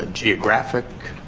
ah geographic,